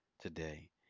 today